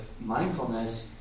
mindfulness